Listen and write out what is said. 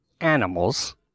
animals